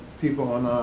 people, on